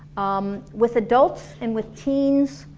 um with adults and with teens,